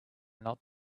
not